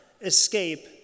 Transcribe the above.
escape